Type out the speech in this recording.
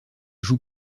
joue